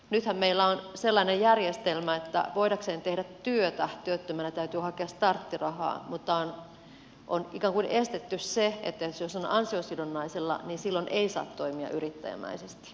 nythän meillä on sellainen järjestelmä että voidakseen tehdä työtä työttömänä täytyy hakea starttirahaa mutta on ikään kuin estetty se että jos on ansiosidonnaisella niin silloin ei saa toimia yrittäjämäisesti